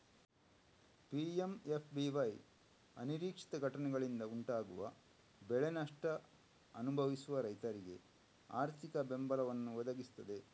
PMFBY ಅನಿರೀಕ್ಷಿತ ಘಟನೆಗಳಿಂದ ಉಂಟಾಗುವ ಬೆಳೆ ನಷ್ಟ ಅನುಭವಿಸುವ ರೈತರಿಗೆ ಆರ್ಥಿಕ ಬೆಂಬಲವನ್ನ ಒದಗಿಸ್ತದೆ